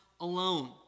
alone